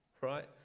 right